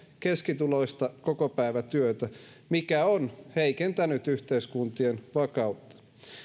keskituloista kokopäivätyötä mikä on heikentänyt yhteiskuntien vakautta